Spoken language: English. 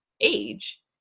age